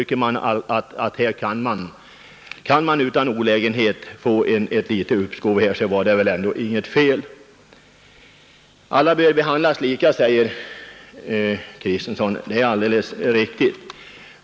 Kan man utan olägenhet få ett litet uppskov med skatten så vore det väl inget fel. Alla bör behandlas lika, säger herr Kristenson. Det är alldeles riktigt.